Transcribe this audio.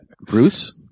Bruce